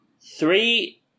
three